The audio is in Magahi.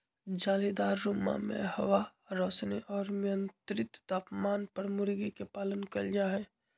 जालीदार रुम्मा में हवा, रौशनी और मियन्त्रित तापमान पर मूर्गी के पालन कइल जाहई